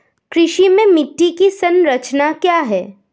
कृषि में मिट्टी की संरचना क्या है?